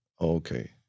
Okay